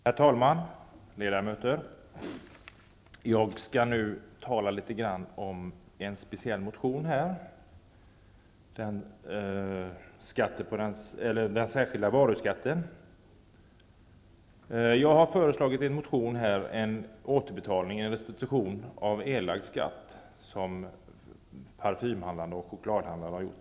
Herr talman, ledamöter! Jag skall tala litet grand om en motion av bl.a. mig som gäller den särskilda varuskatten. I denna motion föreslås en återbetalning, en restitution, av erlagd skatt. Det gäller svenska parfymhandlare och chokladhandlare.